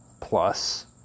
plus